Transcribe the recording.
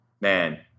man